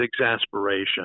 exasperation